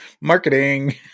marketing